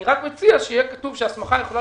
אני רק מציע שיהיה כתוב שההסמכה יכולה